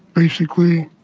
basically,